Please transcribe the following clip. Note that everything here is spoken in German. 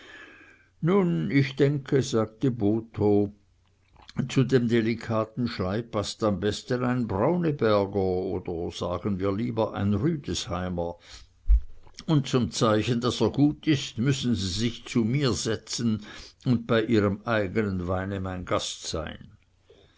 nun ich denke sagte botho zu dem delikaten schlei paßt am besten ein brauneberger oder sagen wir lieber ein rüdesheimer und zum zeichen daß er gut ist müssen sie sich zu mir setzen und bei ihrem eigenen weine mein gast sein